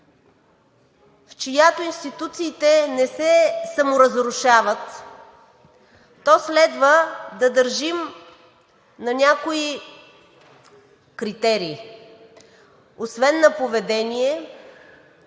в която институциите не се саморазрушават, то следва да държим на някои критерии. Освен на поведение,